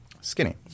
skinny